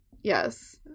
Yes